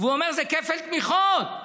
ואומר: זה כפל תמיכות.